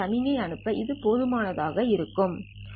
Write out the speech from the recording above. சமிக்ஞை அனுப்ப இது போதுமானது ஆகும் சரி